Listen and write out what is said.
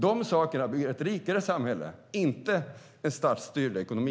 De sakerna bygger ett rikare samhälle, inte en statsstyrd ekonomi.